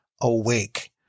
awake